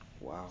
Wow